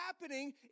happening